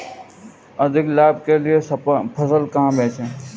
अधिक लाभ के लिए फसल कहाँ बेचें?